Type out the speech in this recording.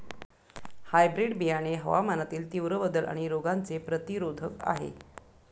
hybrid बियाणे हवामानातील तीव्र बदल आणि रोगांचे प्रतिरोधक आहे